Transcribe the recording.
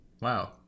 Wow